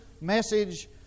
message